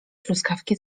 truskawki